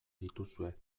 dituzue